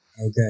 Okay